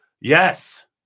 Yes